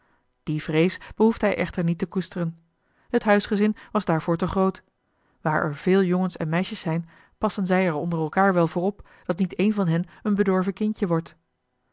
die vrees behoefde hij echter niet te koesteren het huisgezin was daarvoor te groot waar er veel jongens en meisjes zijn passen zij er onder elkaar wel voor op dat niet een van hen een bedorven kindje wordt